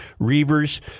Reavers